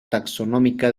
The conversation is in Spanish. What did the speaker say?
taxonómica